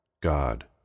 God